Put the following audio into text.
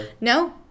No